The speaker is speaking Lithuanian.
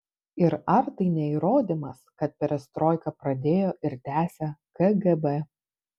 ir ar tai ne įrodymas kad perestroiką pradėjo ir tęsia kgb